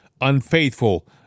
unfaithful